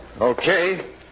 Okay